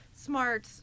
smart